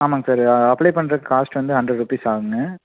ஆமாங்க sir apply பண்ணுற cost வந்து ஹண்ட்ரட் ருபீஸ் ஆகுங்க